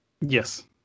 Yes